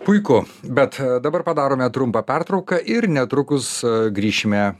puiku bet dabar padarome trumpą pertrauką ir netrukus grįšime